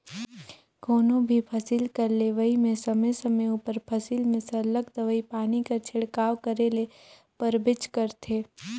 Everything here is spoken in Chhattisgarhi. कोनो भी फसिल कर लेवई में समे समे उपर फसिल में सरलग दवई पानी कर छिड़काव करे ले परबेच करथे